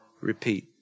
repeat